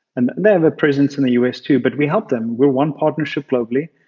and they have a presence in the us too but we help them. we're one partnership globally.